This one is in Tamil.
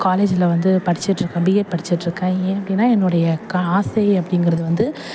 காலேஜில் வந்து படிச்சிகிட்டு இருக்கேன் பிஎட் படிச்சிகிட்டு இருக்கேன் ஏன் அப்படினா என்னுடைய கா ஆசை அப்படிங்கிறது வந்து